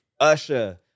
Usher